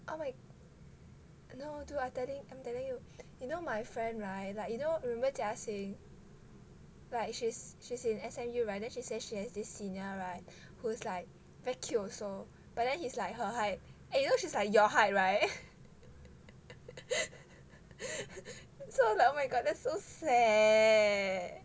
oh my no dude I'm telling I'm telling you you know my friend [right] like you know remember jiaxing like she's she's in S_M_U [right] then she say she has this senior [right] who's like very cute also but then he's like her height and you know she's like your height [right] so like oh my god that's so sad